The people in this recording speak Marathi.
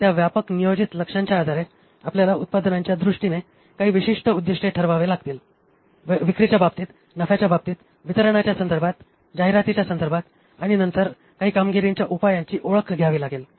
त्या व्यापक नियोजित लक्ष्यांच्या आधारे आपल्याला उत्पादनांच्या दृष्टीने काही विशिष्ट उद्दिष्टे ठरवाव्या लागतील विक्रीच्या बाबतीत नफ्याच्या बाबतीत वितरणाच्या संदर्भात जाहिरातीच्या संदर्भात आणि नंतर काही कामगिरीच्या उपायांची ओळख घ्यावी लागेल